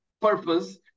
purpose